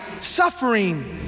suffering